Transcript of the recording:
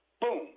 Boom